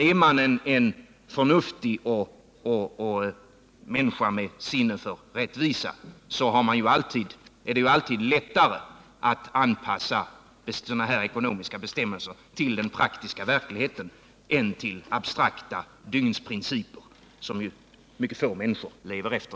Är man en förnuftig människa med sinne för rättvisa är det alltid lättare att anpassa sådana här ekonomiska bestämmelser till den praktiska verkligheten än till abstrakta dygnsprinciper, som dess bättre mycket få människor lever efter.